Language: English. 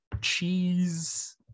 cheese